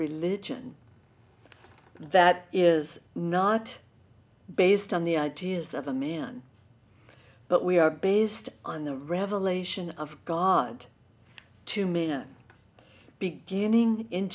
religion that is not based on the ideas of a man but we are based on the revelation of god to man beginning in